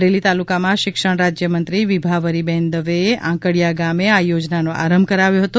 અમરેલી તાલુકામાં શિક્ષણ રાજ્યમંત્રી વિભાવરીબહેન દવેએ આંકડિયા ગામે આ યોજનાનો આરંભ કરાવ્યો હતો